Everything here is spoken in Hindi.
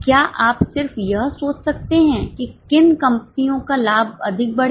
क्या आप सिर्फ यह सोच सकते हैं कि किन कंपनियों का लाभ अधिक बढ़ेगा